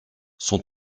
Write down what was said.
son